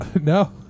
No